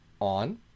on